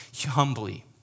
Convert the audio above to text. humbly